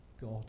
God